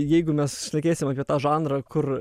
jeigu mes šnekėsim apie tą žanrą kur